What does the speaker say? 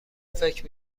فکر